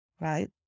right